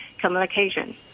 communication